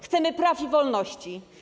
Chcemy praw i wolności.